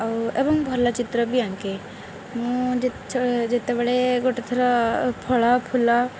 ଆଉ ଏବଂ ଭଲ ଚିତ୍ର ବି ଆଙ୍କେ ମୁଁ ଯେତେବେଳେ ଗୋଟିଏ ଥର ଫଳ ଫୁଲ